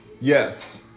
Yes